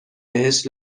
بهش